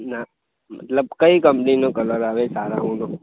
ના મતલબ કઈ કંપનીનો કલર આવે સારામાંનો